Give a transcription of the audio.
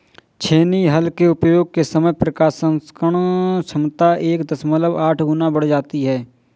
छेनी हल के उपयोग से समय प्रसंस्करण क्षमता एक दशमलव आठ गुना बढ़ जाती है